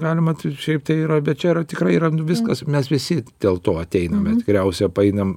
galima šiaip tai yra bet čia tikrai yra nu viskas mes visi dėl to ateiname tikriausiai paeinam